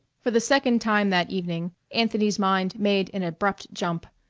for the second time that evening anthony's mind made an abrupt jump,